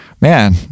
man